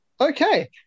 Okay